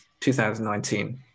2019